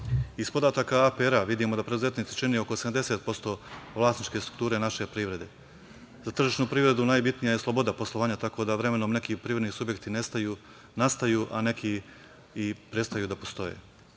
podataka APR-a vidimo da preduzetnici čine oko 70% vlasničke strukture naše privrede. Za tržišnu privredu najbitnija je sloboda poslovanja, tako da vremenom neki privredni subjekti nastaju a neki i prestaju da postoje.